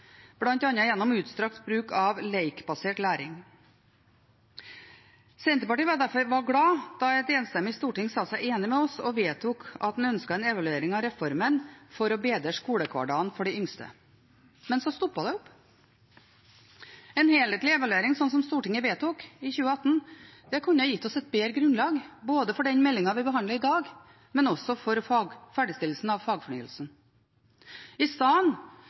gjennom utstrakt brukt av lekbasert læring. Senterpartiet var derfor glade da et enstemmig storting sa seg enig med oss og vedtok at en ønsket en evaluering av reformen for å bedre skolehverdagen for de yngste. Men så stoppet det opp. En helhetlig evaluering, slik som Stortinget vedtok i 2018, kunne gitt oss et bedre grunnlag både for den meldingen vi behandler i dag, og for ferdigstillelsen av fagfornyelsen. I